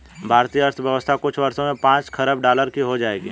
भारतीय अर्थव्यवस्था कुछ वर्षों में पांच खरब डॉलर की हो जाएगी